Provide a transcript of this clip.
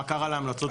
מה קרה להמלצות העבר.